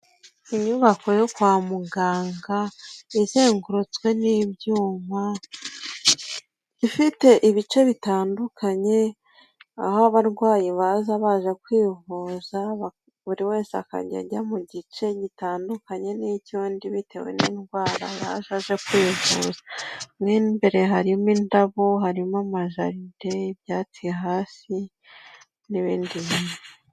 Inyubako yo kwa muganga, izengurutswe n'ibyuma, ifite ibice bitandukanye, aho abarwayi baza baje kwivuza, buri wese akajya ajya mu gice gitandukanye n'icy'undi, bitewe n'indwara yaje aje kwivuza. Mo imbere harimo indabo, harimo amajaride, ibyatsi hasi, n'ibindi bintu.